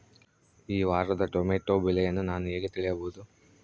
ಈ ವಾರದ ಟೊಮೆಟೊ ಬೆಲೆಯನ್ನು ನಾನು ಹೇಗೆ ತಿಳಿಯಬಹುದು?